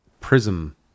prism